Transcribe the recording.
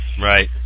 right